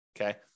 okay